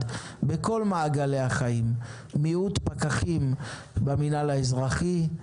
בכל מעגלי החיים: מיעוט פקחים במנהל האזרחי,